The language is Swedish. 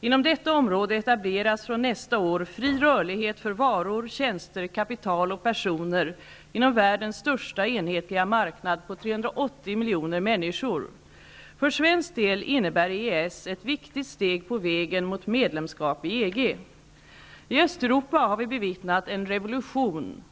Inom detta område etableras från nästa år fri rörlighet för varor, tjänster, kapital och personer inom världens största enhetliga marknad på 380 miljoner människor. För svensk del innebär EES ett viktigt steg på vägen mot medlemskap i EG. I Östeuropa har vi bevittnat en revolution.